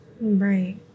right